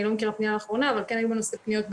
אני לא מכירה פנייה אחרונה אבל כן היו פניות בנושא